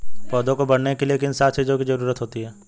पौधों को बढ़ने के लिए किन सात चीजों की जरूरत होती है?